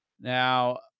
Now